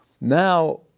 now